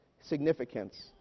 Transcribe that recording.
significance